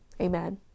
Amen